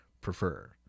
prefer